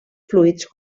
fluids